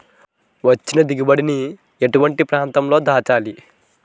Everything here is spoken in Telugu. వచ్చిన దిగుబడి ని ఎటువంటి ప్రాంతం లో దాచాలి?